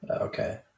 Okay